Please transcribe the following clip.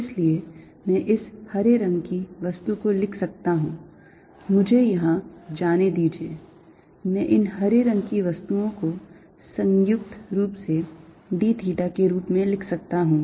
इसलिए मैं इस हरे रंग की वस्तु को लिख सकता हूँ मुझे यहाँ जाने दीजिए मैं इन हरे रंग की वस्तुओं को संयुक्त रूप से d theta के रूप में लिख सकता हूँ